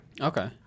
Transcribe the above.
Okay